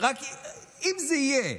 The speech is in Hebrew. רק אם זה יהיה: